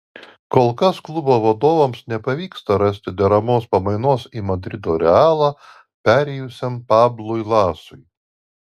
kol kas klubo vadovams nepavyksta rasti deramos pamainos į madrido realą perėjusiam pablui lasui